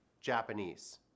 Japanese